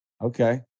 Okay